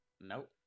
Nope